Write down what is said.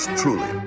truly